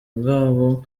bwabo